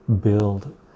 build